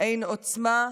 אין עוצמה,